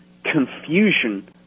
confusion